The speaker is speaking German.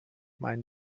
mein